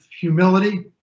humility